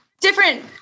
different